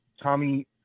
Tommy